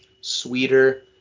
sweeter